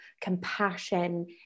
compassion